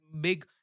big